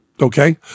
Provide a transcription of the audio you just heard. okay